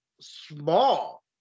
small